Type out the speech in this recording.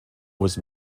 was